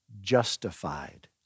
justified